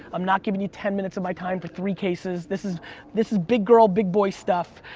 i'm not giving you ten minutes of my time for three cases. this is this is big girl, big boy stuff.